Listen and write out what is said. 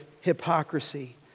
hypocrisy